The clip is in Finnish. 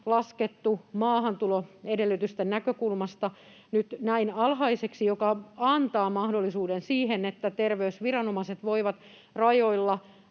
laskettu maahantuloedellytysten näkökulmasta nyt näin alhaisiksi, mikä antaa mahdollisuuden siihen, että terveysviranomaiset voivat rajoilla